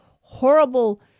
horrible